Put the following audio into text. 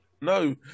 No